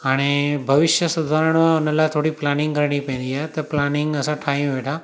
हाणे भविष्य सुधारिणो आहे हुन लाइ थोरी प्लानिंग करिणी पवंदी आहे त प्लानिंग असां ठाहियूं वेठा